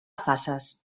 faces